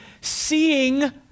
seeing